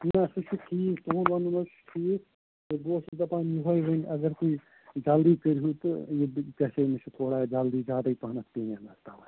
نہٕ سُہ چھُو ٹھیک تُہنٛد وَنُن حظ چھُ ٹھیٖک بہٕ اوسُس دپان یہَے وۅنۍ اگر تُہۍ جلدٕے کٔرِۍہوٗ تہٕ یہِ گَژِھ ہا أمِس یہِ تھوڑا جلدٕے زیادٕے پہم پیٖن تَوے